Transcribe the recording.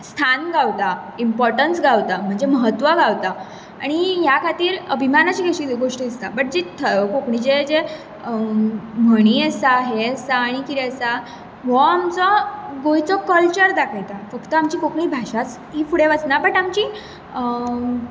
स्थान गावता इम्पोर्टन्स गावता म्हणजे म्हत्व गावता आनी ह्या खातीर अभिमानाची अशी गोष्टी दिसता बट जी कोंकणीचे जे म्हणी आसा आनी कितें आसा हो आमचो गोंयचो क्लचर दाखयता फक्त आमची कोंकणी भाशाच फुडें वचना बट आमची